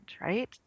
right